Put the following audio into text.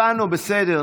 הבנו, בסדר.